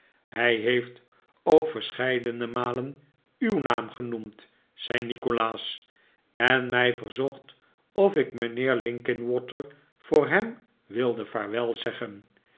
hij heeft ook verscheidene malen uw naam genoemd zei nikolaas en mij verzocht of ik mijnheer linkinwater voor hem wilde